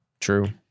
True